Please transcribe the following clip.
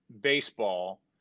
baseball